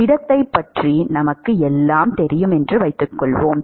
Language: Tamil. திடத்தைப் பற்றி நமக்கு எல்லாம் தெரியும் என்று வைத்துக்கொள்வோம்